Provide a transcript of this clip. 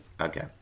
Okay